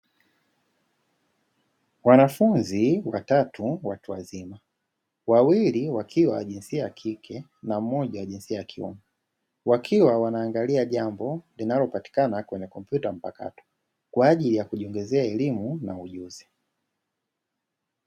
Wanafunzi watatu watu wazima, wawili wakiwa jinsia ya kike na mmoja jinsi ya kiume wakiwa wanaangalia jambo linalopatikana kwenye kompyuta mpakato, kwa ajili ya kujiongezea elimu na ujuzi.